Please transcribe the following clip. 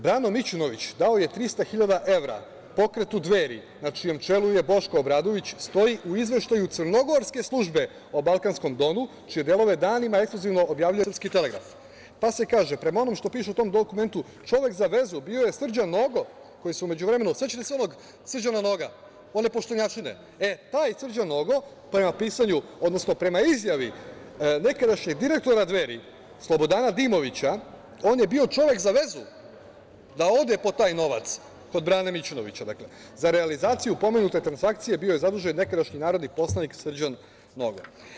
Brano Mićunović dao je 300 hiljada evra pokretu Dveri, na čijem čelu je Boško Obradović, stoji u izveštaju crnogorske službe o balkanskom donu, čije delove danima ekskluzivno objavljuje Srpski telegraf, pa se kaže, prema onome što piše u tom dokumentu, čovek za vezu bio je Srđan Nogo, koji se u međuvremenu, sećate se onog Srđana Noga, one poštenjačine, e, taj Srđan Nogo, prema izjavi nekadašnjeg direktora Dveri Slobodana Dimovića, on je bio čovek za vezu da ode po taj novac kod Brane Mićunovića, za realizaciju pomenute transakcije bio je zadužen nekadašnji narodni poslanik Srđan Nogo.